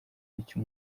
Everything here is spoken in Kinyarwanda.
icyo